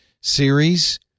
series